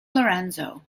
lorenzo